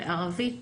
לערבית,